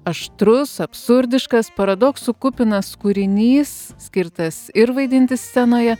aštrus absurdiškas paradoksų kupinas kūrinys skirtas ir vaidinti scenoje